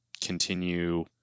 continue